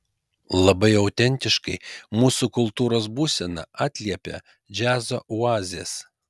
labai autentiškai mūsų kultūros būseną atliepia džiazo oazės